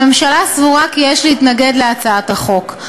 הממשלה סבורה כי יש להתנגד להצעת החוק.